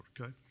okay